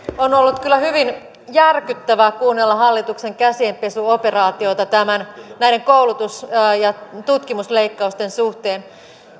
on ollut kyllä hyvin järkyttävää kuunnella hallituksen käsienpesuoperaatiota näiden koulutus ja tutkimusleikkausten suhteen